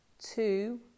two